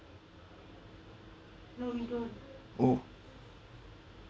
oh